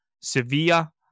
Sevilla